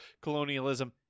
Colonialism